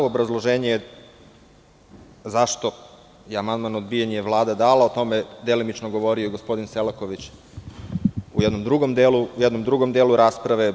Obrazloženje zašto je amandman odbijen je Vlada dala, o tome je delimično govorio i gospodin Selaković, u jednom drugom delu rasprave.